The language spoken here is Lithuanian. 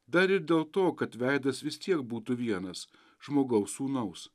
dar ir dėl to kad veidas vis tiek būtų vienas žmogaus sūnaus